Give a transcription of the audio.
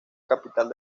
capital